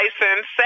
license